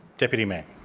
deputy mayor